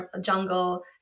jungle